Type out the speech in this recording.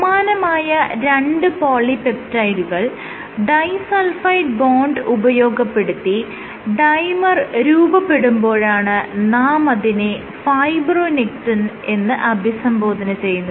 സമാനമായ രണ്ട് പോളിപെപ്റ്റൈഡുകൾ ഡൈ സൾഫൈഡ് ബോണ്ട് ഉപയോഗപ്പെടുത്തി ഡൈമർ രൂപപെടുമ്പോഴാണ് നാം അതിനെ ഫൈബ്രോനെക്റ്റിൻ എന്ന് അഭിസംബോധന ചെയ്യുന്നത്